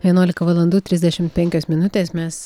vienuolika valandų trisdešimt penkios minutės mes